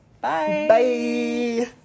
Bye